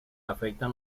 afectan